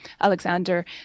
Alexander